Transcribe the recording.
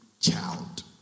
child